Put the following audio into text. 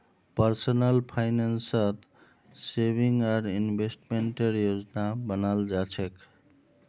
personal फाइनेंसत saving आर इन्वेस्टमेंटेर योजना बनाल जा छेक